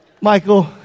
Michael